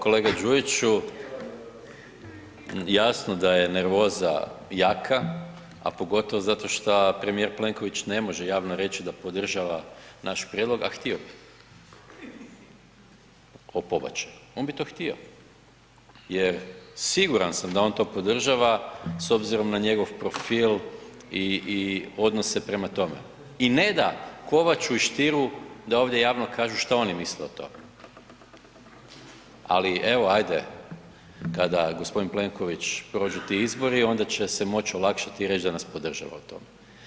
Kolega Đujiću, jasno da je nervoza jaka, a pogotovo zato šta premijer Plenković ne može javno reći da podržava naš prijedlog, a htio bi, o pobačaju, on bi to htio jer siguran sam da on to podržava s obzirom na njegov profil i odnose prema tome i ne da Kovaču i Stieru da ovdje javno kažu šta oni misle o tome, ali evo ajde kada gospodin Plenković prođu ti izbori onda će se moći olakšati i reći da nas podržava u tome.